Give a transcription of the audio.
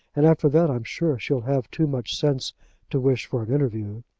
and after that i'm sure she'll have too much sense to wish for an interview.